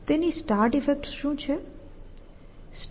તેની start effects શું છે